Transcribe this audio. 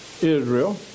Israel